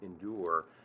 endure